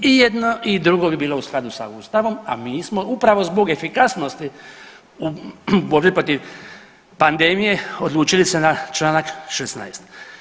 I jedno i drugo bi bilo u skladu sa Ustavom, a mi smo upravo zbog efikasnosti u borbi protiv pandemije odlučili se na članak 16.